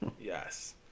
Yes